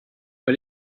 but